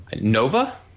Nova